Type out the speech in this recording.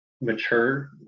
mature